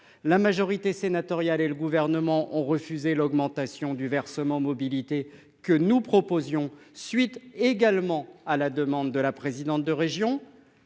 La majorité sénatoriale et le gouvernement ont refusé l'augmentation du versement mobilité que nous proposions suite également à la demande de la présidente de région.